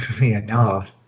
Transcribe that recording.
enough